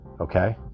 Okay